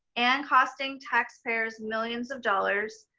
and costing tax payers millions of dollars,